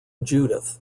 judith